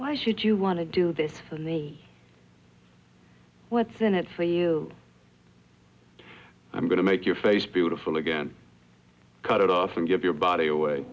why should you want to do this when the what's in it for you i'm going to make your face beautiful again cut it off and give your body away